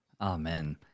Amen